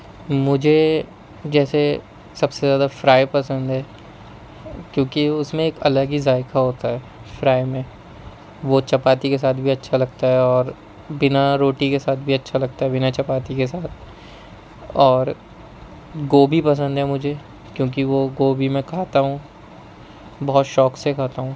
مجھے جیسے سب سے زیادہ فرائی پسند ہے کیونکہ اس میں ایک الگ ہی ذائقہ ہوتا ہے فرائی میں وہ چپاتی کے ساتھ بھی اچھا لگتا ہے اور بنا روٹی کے ساتھ بھی اچھا لگتا ہے بنا چپاتی کے ساتھ اور گوبھی پسند ہے مجھے کیونکہ وہ گوبھی میں کھاتا ہوں بہت شوق سے کھاتا ہوں